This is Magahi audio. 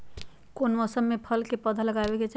कौन मौसम में फल के पौधा लगाबे के चाहि?